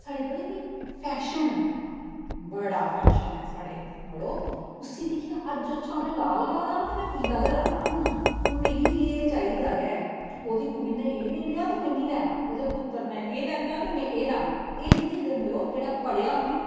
ओह् ते साढ़े राजमांह् चौल इक दिन खंदे दुए दिन नेईं खंदे उ'नें गी नेईं शैल लगदे पर असें गी डोगरें गी साढ़े नार्थ इण्डिया च ते भलेआं गै हद्द न असें अज्ज काली दाल बनाई दी अज्ज असें राजमांह् बनाए दे अज्ज असें एह् बनाए दा अज्ज असें ओह् बनाए दा छड़ा खाने दा पे दा रौंह्दा